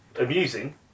amusing